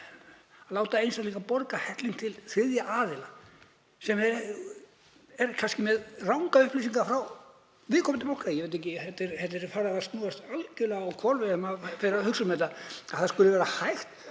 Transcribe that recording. að láta einstaklinga borga helling til þriðja aðila sem er kannski með rangar upplýsingar frá viðkomandi banka. Ég veit ekki, þetta er farið að snúast algerlega á hvolf ef maður fer að hugsa um það, að það skuli vera hægt